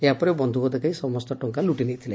ଏହାପରେ ବ୍ଧ୍ବୁକ ଦେଖାଇ ସମସ୍ତ ଟଙ୍କା ଲୁଟି ନେଇଥିଲେ